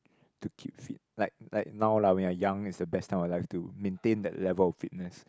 to keep fit like like now lah when you're young it's the best time our life to maintain that level of fitness